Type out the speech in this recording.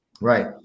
Right